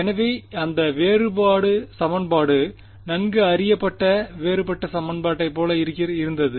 எனவே அந்த வேறுபாடு சமன்பாடு நன்கு அறியப்பட்ட வேறுபட்ட சமன்பாட்டைப் போல இருந்தது